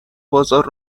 بازار